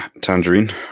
Tangerine